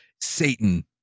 Satan